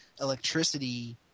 electricity